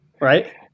right